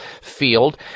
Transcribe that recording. field